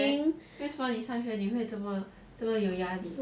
为什么你上学你会这么有压力